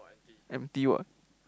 empty what